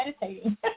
meditating